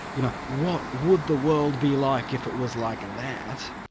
you know what would the world be like if it was like that?